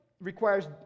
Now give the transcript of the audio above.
requires